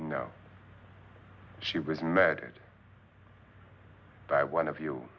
know she was married by one of you